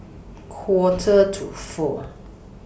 Quarter to four